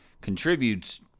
contributes